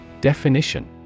Definition